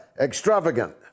extravagant